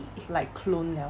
like clone liao